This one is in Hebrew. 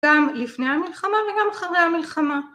‫גם לפני המלחמה וגם אחרי המלחמה.